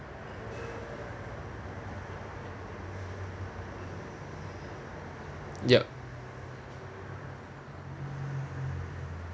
yup